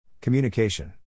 Communication